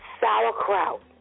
sauerkraut